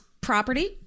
property